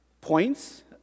points